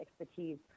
expertise